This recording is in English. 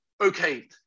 okay